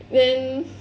then